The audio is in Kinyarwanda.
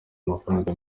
amafaranga